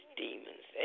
demons